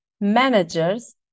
managers